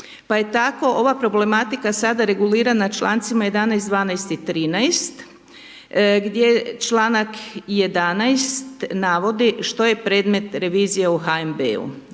Pa je tako ova problematika sada regulirana čl. 11, 12 i 13, gdje čl. 11 navodi što je predmet revizije u HNB-u,